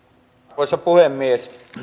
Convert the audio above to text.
arvoisa puhemies